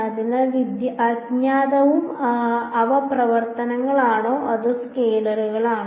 അതിനാൽ അജ്ഞാതവും അവ പ്രവർത്തനങ്ങളാണോ അതോ സ്കെയിലറുകളാണോ